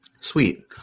Sweet